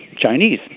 Chinese